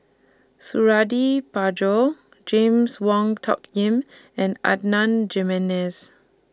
Suradi Parjo James Wong Tuck Yim and Jimenez